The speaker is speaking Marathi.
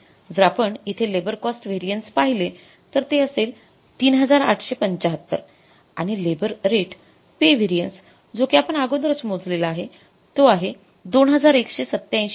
जर आपण इथे लेबर कॉस्ट व्हेरिएन्स पहिले तर ते असेल ३८७५ आणि लेबर रेट पे व्हेरिएन्स जो कि आपण अगोदरच मोजलेला आहे तो आहे २१८७